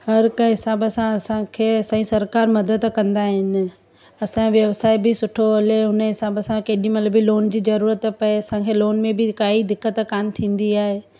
हर हिक हिसाब सां असांखे असांजी सरकारु मदद कंदा आहिनि असांजो व्यवसाय बि सुठो हले हुन जे हिसाब सां केॾी महिल बि लोन जी ज़रूरत पए असांखे लोन में बि काई दिक़त कान थींदी आहे